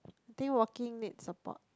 think walking need support